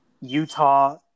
Utah